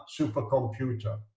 supercomputer